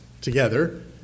together